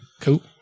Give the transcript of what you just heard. Cool